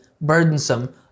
burdensome